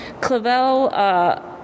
Clavel